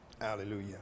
hallelujah